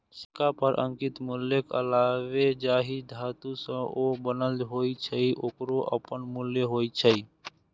सिक्का पर अंकित मूल्यक अलावे जाहि धातु सं ओ बनल होइ छै, ओकरो अपन मूल्य होइ छै